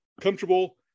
comfortable